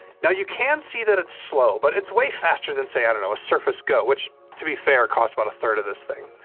now, you can see that it's slow, but it's way faster than, say, i dunno, a surface go, which, to be fair, costs about a third of this thing.